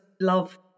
love